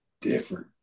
different